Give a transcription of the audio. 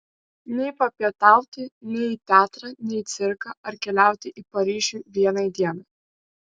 nei papietauti nei į teatrą nei į cirką ar keliauti į paryžių vienai dienai